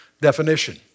definition